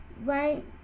right